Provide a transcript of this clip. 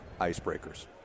icebreakers